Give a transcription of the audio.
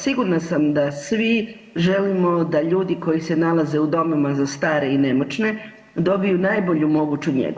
Sigurna sam da svi želimo da ljudi koji se nalaze u domovima za stare i nemoćne dobiju najbolju moguću njegu.